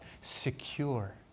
Secure